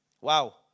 Wow